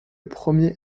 premier